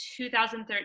2013